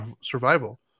survival